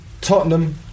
Tottenham